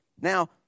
Now